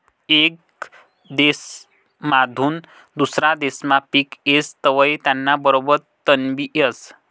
येक देसमाधून दुसरा देसमा पिक येस तवंय त्याना बरोबर तणबी येस